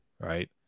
Right